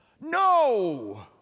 No